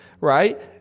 right